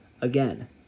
Again